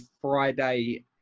Friday